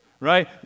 right